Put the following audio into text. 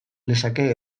lezake